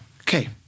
Okay